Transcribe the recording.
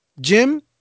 Jim